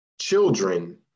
children